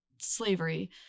slavery